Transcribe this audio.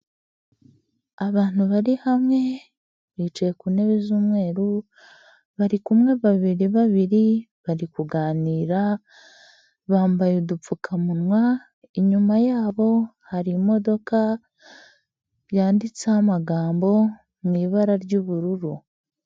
Abantu bari hamwe bicaye ku ntebe z'umweru, bari kumwe babiri babiri bari kuganira, bambaye udupfukamunwa, inyuma yabo hari imodoka yanditseho amagambo mu ibara ry'ubururu.